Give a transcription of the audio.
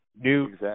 new